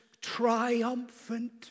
triumphant